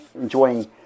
enjoying